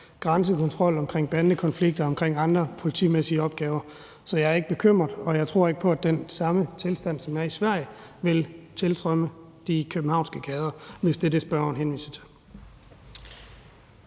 grænsekontrol, omkring bandekonflikter og omkring andre politimæssige opgaver. Så jeg er ikke bekymret, og jeg tror ikke på, at den tilstand, som er i Sverige, vil opstå i de københavnske gader, hvis det er det, spørgeren henviser til.